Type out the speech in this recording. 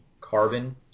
carbon